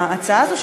ההצעה הזאת,